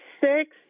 six